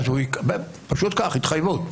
פשוט כך, התחייבות.